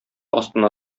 астына